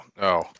no